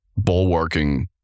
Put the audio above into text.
bulwarking